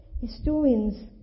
Historians